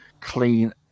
clean